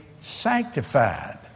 sanctified